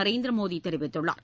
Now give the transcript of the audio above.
நரேந்திர மோடி தெரிவித்துள்ளார்